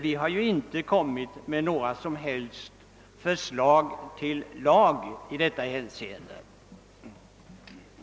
Vi har alltså inte kommit med några som helst förslag till lag i detta hänseende, vilket vore något helt annat.